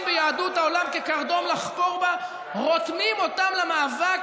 ביהדות העולם כקרדום לחפור בו ורותמים אותם למאבק